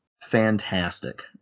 fantastic